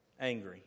angry